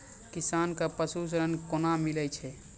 किसान कऽ पसु ऋण कोना मिलै छै?